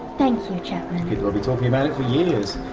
thank you, chapman. people will be talking about it for years.